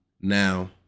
Now